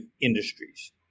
industries